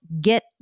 get